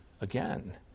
again